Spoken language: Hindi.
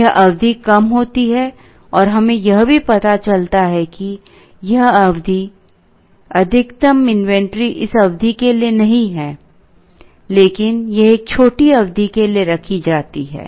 यह अवधि कम होती है और हमें यह भी पता चलता है कि यह अधिकतम इन्वेंट्री इस अवधि के लिए नहीं है लेकिन यह एक छोटी अवधि के लिए रखी जाती है